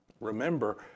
Remember